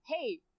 hey